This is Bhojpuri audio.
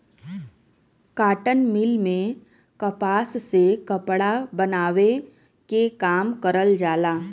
काटन मिल में कपास से कपड़ा बनावे के काम करल जाला